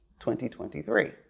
2023